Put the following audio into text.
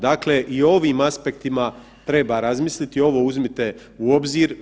Dakle i o ovom aspektima treba razmisliti i ovo uzmite u obzir.